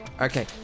Okay